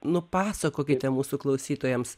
nupasakokite mūsų klausytojams